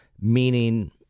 meaning